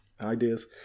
ideas